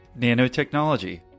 nanotechnology